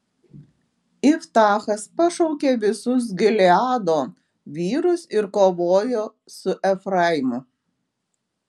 iftachas pašaukė visus gileado vyrus ir kovojo su efraimu